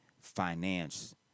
finance